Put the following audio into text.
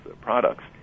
products